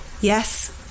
Yes